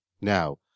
Now